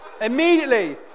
Immediately